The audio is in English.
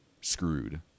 screwed